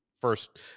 first